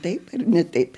taip ar ne taip